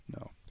No